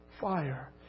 fire